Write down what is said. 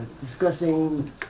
discussing